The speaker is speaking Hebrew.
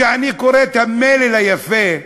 כשאני קורא את המלל היפה,